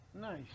nice